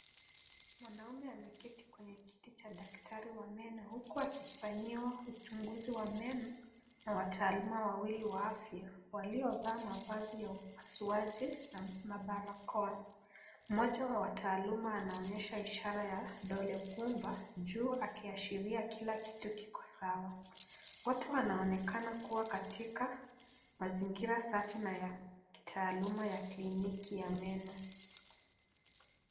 Mwanaume ameketi kwenye kiti cha daktari wa meno huku akifanyiwa uchunguzi wa meno, na wataaluma wawili wa afya, waliovaa mavazi ya upasuaji na mabarakoa. Mmoja wa wataaluma anaonyesha ishara ya dole gumba juu, akiashiria kila kitu kiko sawa. Watu wanaonekana kuwa katika mazingira safi na ya kitaaluma ya kliniki ya meno.